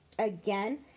Again